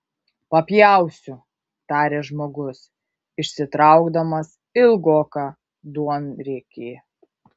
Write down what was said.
papjausiu tarė žmogus išsitraukdamas ilgoką duonriekį